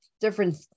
different